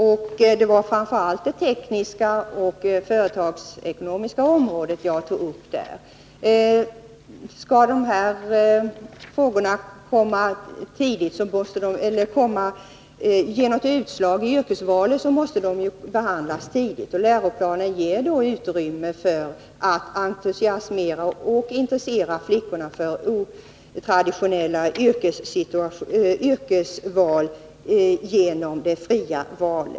Då var det framför allt de tekniska och företagsekonomiska områdena jag tog upp. Skall det bli något utslag i yrkesvalet, måste de här frågorna behandlas tidigt, och läroplanen ger utrymme för att entusiasmera och intressera flickorna för otraditionella yrkesval.